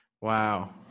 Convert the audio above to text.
Wow